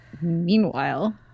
Meanwhile